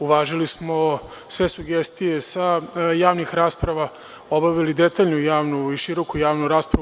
Uvažili smo sve sugestije sa javnih rasprava, obavili detaljnu i široku javnu raspravu.